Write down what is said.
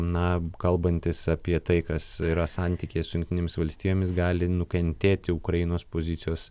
na kalbantis apie tai kas yra santykiai su jungtinėmis valstijomis gali nukentėti ukrainos pozicijos